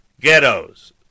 Ghettos